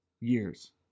years